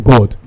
God